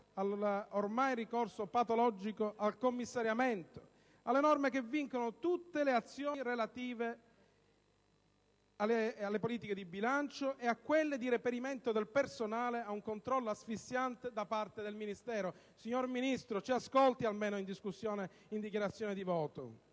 ormai patologico al commissariamento, alle norme che vincolano tutte le azioni relative alle politiche di bilancio e a quelle di reperimento del personale a un controllo asfissiante da parte del Ministero. Signor Ministro, almeno in dichiarazione di voto